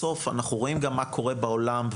בסוף אנחנו רואים גם מה קורה בעולם.